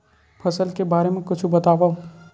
फसल के बारे मा कुछु बतावव